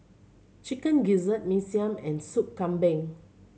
Chicken Gizzard Mee Siam and Sop Kambing